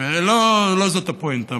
ולא זאת הפואנטה.